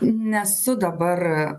nesu dabar